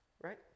Right